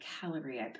calorie